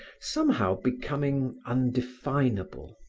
somehow becoming undefinable.